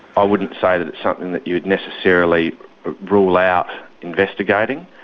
i wouldn't say that it's something that you would necessarily rule out investigating.